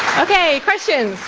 okay, questions?